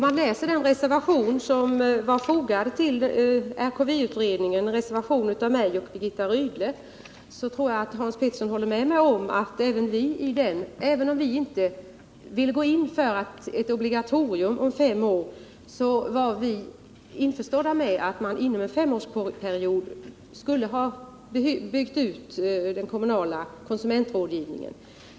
Herr talman! I den reservation som Birgitta Rydle och jag fogade till RKV utredningen var vi införstådda med att man inom en femårsperiod skulle ha byggt ut den kommunala konsumentrådgivningen.